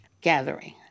gathering